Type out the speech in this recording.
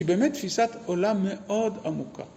היא באמת תפיסת עולם מאוד עמוקה.